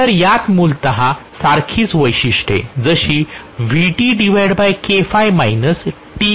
तर यात मूलत सारखीच वैशिष्ट्ये जशी असतील